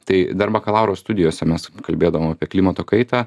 tai dar bakalauro studijose mes kalbėdavom apie klimato kaitą